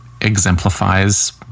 exemplifies